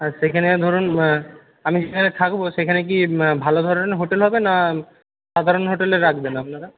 আর সেইখানে ধরুন আমি যেখানে থাকব সেখানে কি ভালো ধরনের হোটেল হবে না সাধারণ হোটেলে রাখবেন আপনারা